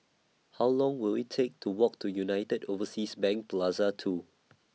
How Long Will IT Take to Walk to United Overseas Bank Plaza two